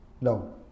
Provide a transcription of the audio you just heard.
No